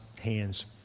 hands